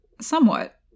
somewhat